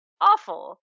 awful